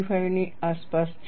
55 આસપાસ છે